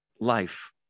life